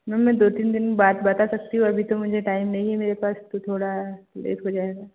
ma'am मैं दो तीन दिन बाद बता सकती हूँ अभी तो मुझे टाइम नहीं है मेरे पास तो थोड़ा लेट हो जाएगा